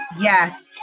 yes